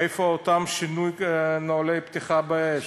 איפה אותו שינוי נוהלי פתיחה באש?